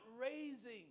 raising